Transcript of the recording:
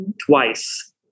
twice